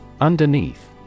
Underneath